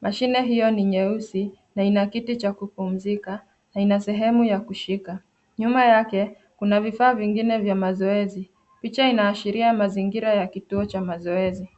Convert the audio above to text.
Mashine hiyo ni nyeusi na ina kiti cha kupumzika na ina sehemu ya kushika. Nyuma yake kuna vifaa vingine vya mazoezi. Picha inaashiria mazingira ya kituo cha mazoezi.